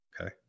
okay